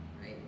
right